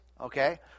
Okay